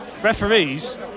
Referees